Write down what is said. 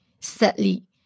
sadly